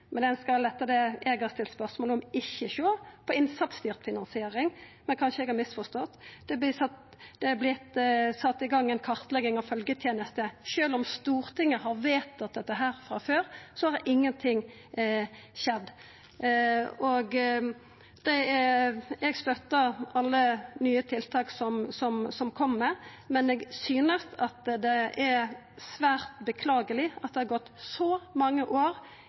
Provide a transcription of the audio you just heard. men ho skal, etter det eg har stilt spørsmål om, ikkje sjå på innsatsstyrt finansiering – men kanskje eg har misforstått. Det er sett i gang ei kartlegging av følgjetenestene. Sjølv om Stortinget har vedtatt dette frå før, har ingenting skjedd. Eg støttar alle nye tiltak som kjem, men eg synest det er svært beklageleg at det har gått så mange år